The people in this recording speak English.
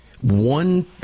one